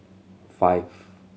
five